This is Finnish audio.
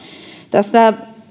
tästä